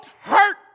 hurt